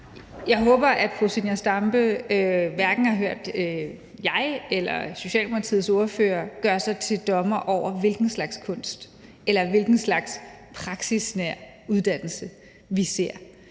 Jeg håber, at fru Zenia Stampe hverken har hørt mig eller Socialdemokratiets ordfører gøre sig til dommer over, hvilken slags praksisnær uddannelse vi ser.